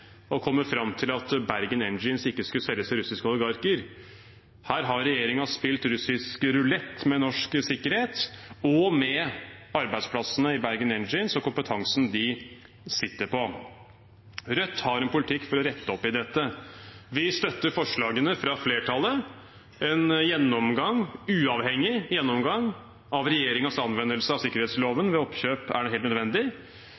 fram til at Bergen Engines ikke skulle selges til russiske oligarker – her har regjeringen spilt russisk rulett med norsk sikkerhet og med arbeidsplassene i Bergen Engines og kompetansen de sitter på. Rødt har en politikk for å rette opp i dette, og vi støtter forslagene fra flertallet. En uavhengig gjennomgang av regjeringens anvendelse av sikkerhetsloven ved oppkjøp er helt nødvendig.